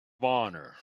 honor